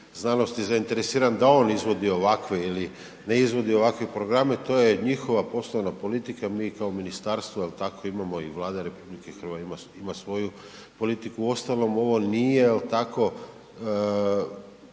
zainteresiran da on izvodi ovakve ili ne izvodi ovakve programe, to je njihova poslovna politika, mi kao ministarstvo jel' tako i Vlada RH, ima svoju politiku. Uostalom ovo nije jel' tako,